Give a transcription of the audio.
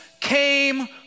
came